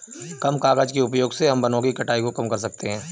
कम कागज़ के उपयोग से हम वनो की कटाई को कम कर सकते है